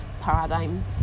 paradigm